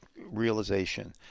Realization